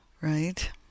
right